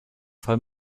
fall